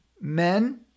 Men